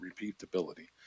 repeatability